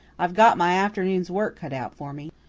i've got my afternoon's work cut out for me.